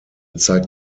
zeigt